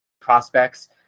prospects